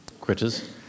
critters